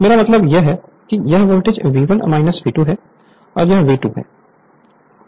मेरा मतलब यह है यह वोल्टेज V1 V2 है और यह V2 है अगर यह दो वाइंडिंग ट्रांसफार्मर है